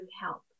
help